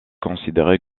considéré